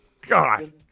God